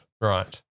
Right